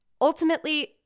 ultimately